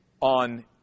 on